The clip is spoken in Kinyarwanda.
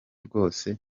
rwose